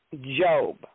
Job